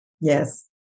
Yes